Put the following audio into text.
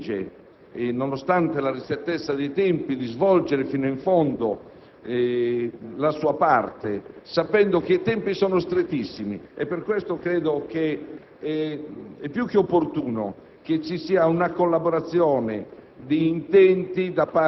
Il Governo si accinge, nonostante la ristrettezza dei tempi, a svolgere fino in fondo la sua parte, sapendo che i tempi sono strettissimi. Per questo credo sia più che opportuna una collaborazione